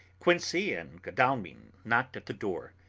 quincey and godalming knocked at the door.